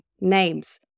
names